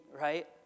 right